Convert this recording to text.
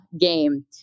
game